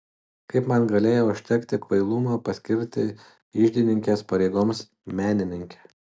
kaip man galėjo užtekti kvailumo paskirti iždininkės pareigoms menininkę